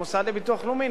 עם המוסד לביטוח הלאומי,